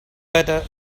better